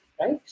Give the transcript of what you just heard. right